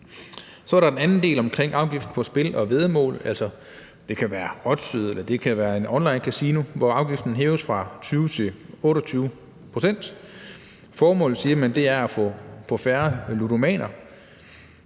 Så er der den anden del om afgift på spil og væddemål. Det kan være Oddset, eller det kan være et onlinekasino, hvor afgiften hæves fra 20 til 28 pct. Formålet, siger man, er at få færre ludomaner.